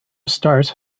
stars